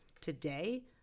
today